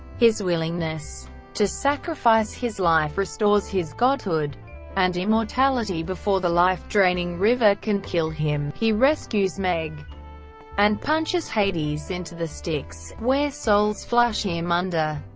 his willingness to sacrifice his life restores his godhood and immortality before the life-draining river can kill him he rescues meg and punches hades into the styx, where souls flush him under.